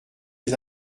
les